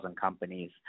companies